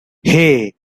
hey